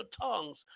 tongues